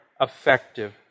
effective